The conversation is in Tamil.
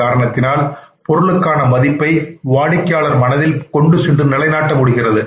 இக்காரணத்தினால் பொருளுக்கான மதிப்பை வாடிக்கையாளர் மனதில் கொண்டுசென்று நிலைநாட்ட முடிகிறது